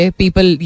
people